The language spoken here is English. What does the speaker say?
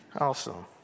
Awesome